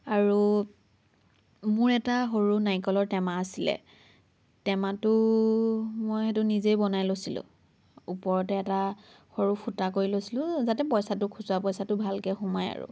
আৰু মোৰ এটা সৰু নাৰিকলৰ টেমা আছিলে টেমাটো মই সেইটো নিজেই বনাই লৈছিলো ওপৰতে এটা সৰু ফুটা কৰি লৈছিলো যাতে পইচাটো খুচুৰা পইচাটো ভালকৈ সোমায় আৰু